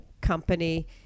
company